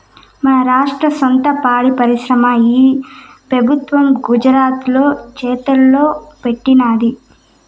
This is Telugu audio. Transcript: మన రాష్ట్ర సొంత పాడి పరిశ్రమని ఈ పెబుత్వం గుజరాతోల్ల చేతల్లో పెట్టినాది